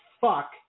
fuck